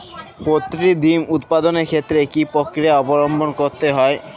Poultry ডিম উৎপাদনের ক্ষেত্রে কি পক্রিয়া অবলম্বন করতে হয়?